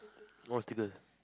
more status